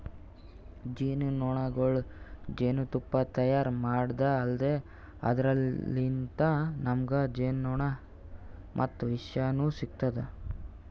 ಜೇನಹುಳಗೊಳ್ ಜೇನ್ತುಪ್ಪಾ ತೈಯಾರ್ ಮಾಡದ್ದ್ ಅಲ್ದೆ ಅದರ್ಲಿನ್ತ್ ನಮ್ಗ್ ಜೇನ್ಮೆಣ ಮತ್ತ್ ವಿಷನೂ ಸಿಗ್ತದ್